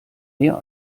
mehr